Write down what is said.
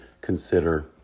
consider